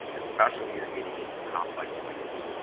especially when you're getting into complex waivers.